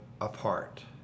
apart